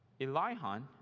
Elihan